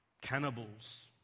cannibals